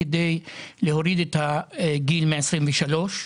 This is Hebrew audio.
כדי להוריד את הגיל מ-23,